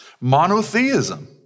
Monotheism